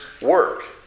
work